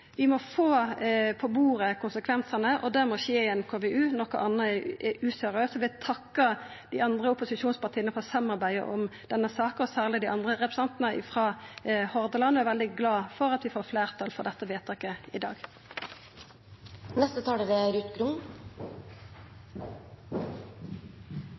Vi må få på bordet konsekvensane, og det må skje i ein KVU. Noko anna er useriøst. Eg vil takka dei andre opposisjonspartia for samarbeidet om denne saka, særleg dei andre representantane frå Hordaland, og eg er veldig glad for at vi får fleirtal for dette forslaget i